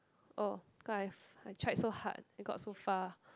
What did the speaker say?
oh how come I've I tried so hard and got so far